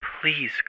Please